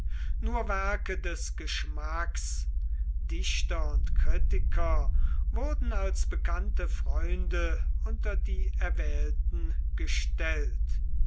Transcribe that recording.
nur werke des geschmacks dichter und kritiker wurden als bekannte freunde unter die erwählten gestellt